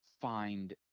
find